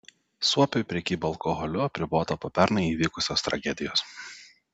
suopiui prekyba alkoholiu apribota po pernai įvykusios tragedijos